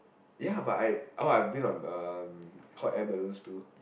ya but I oh I have been on the hot air balloon stool